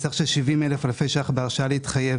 וסך של 70,000 אלפי ₪ בהרשאה להתחייב